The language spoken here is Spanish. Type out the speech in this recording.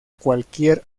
cualquier